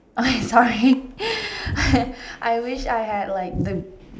okay sorry I wish I had like the